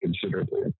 considerably